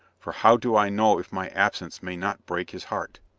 for how do i know if my absence may not break his heart?